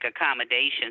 accommodations